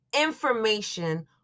information